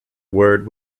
word